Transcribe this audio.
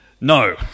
no